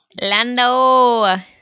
Lando